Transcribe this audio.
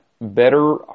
better